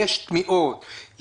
יש תמיהות,